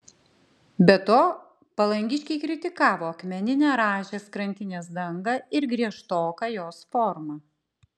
be to palangiškiai kritikavo akmeninę rąžės krantinės dangą ir griežtoką jos formą